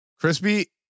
Crispy